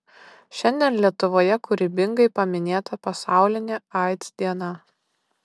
šiandien lietuvoje kūrybingai paminėta pasaulinė aids diena